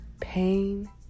pain